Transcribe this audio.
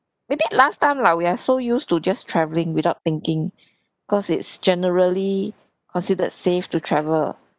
maybe last time lah we are so used to just travelling without thinking cause it's generally considered safe to travel